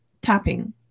tapping